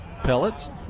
pellets